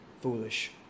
foolish